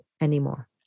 anymore